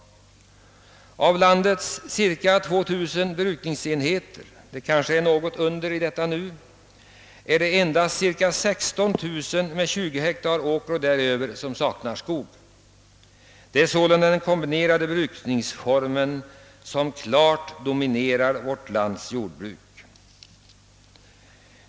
Av landets cirka 200 000 brukningsenheter — det är nu kanske något mindre — är det endast 16 000 med 20 hektar åker och däröver som saknar skog. Det är således den kombinerade brukningsformen som klart dominerar vårt lands jordbruk.